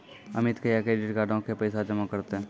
अमित कहिया क्रेडिट कार्डो के पैसा जमा करतै?